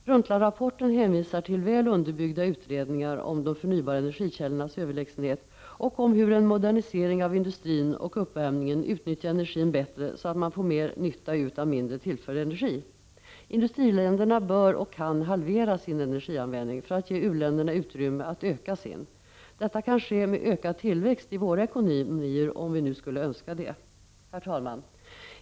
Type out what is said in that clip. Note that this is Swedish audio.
Brundtlandrapporten hänvisar till väl underbyggda utredningar om de förnybara energikällornas överlägsenhet och om hur en modernisering av industrin och uppvärmningen utnyttjar energin bättre, så att man får ut mer nytta av mindre tillförd energi. Industriländerna bör och kan halvera sin energianvändning för att ge u-länderna utrymme att öka sin. Detta kan ske med ökad tillväxt i våra ekonomier, om vi nu skulle önska det. Herr talman!